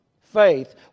Faith